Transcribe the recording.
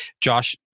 Josh